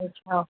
अच्छा